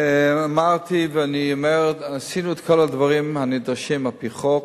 אמרתי ואני אומר: עשינו את כל הדברים הנדרשים על-פי חוק.